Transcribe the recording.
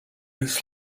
its